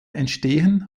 entstehen